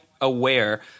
aware